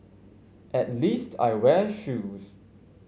at least I wear shoes